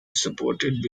supported